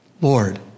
Lord